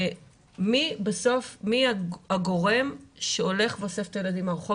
מי בסוף הגורם שהולך ואוסף את הילדים מהרחוב,